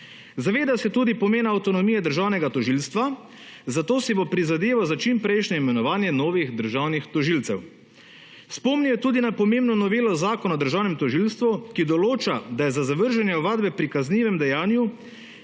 Zaveda se tudi pomena avtonomije Državnega tožilstva, zato si bo prizadeval za čim prejšnje imenovanje novih državnih tožilcev. Spomnil je tudi pomembno novelo Zakon o Državnem tožilstvu, ki določa, da je za zavrženje ovadbe pri kaznivem dejanju